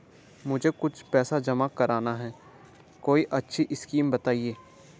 मुझे कुछ पैसा जमा करना है कोई अच्छी स्कीम बताइये?